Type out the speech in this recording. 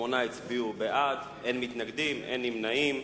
שמונה הצביעו בעד, אין מתנגדים, אין נמנעים.